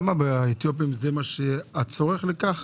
האתיופים זה הצורך לכך?